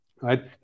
right